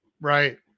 Right